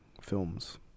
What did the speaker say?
films